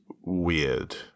weird